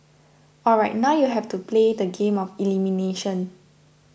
alright now you have to play the game of elimination